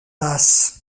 basses